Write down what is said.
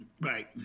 Right